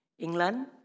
England